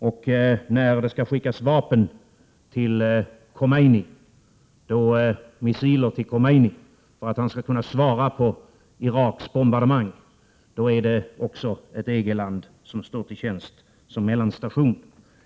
Och när det skall skickas missiler till Khomeiny för att han skall kunna svara på Iraks bombardemang är det också ett EG-land som står till tjänst som mellanstation.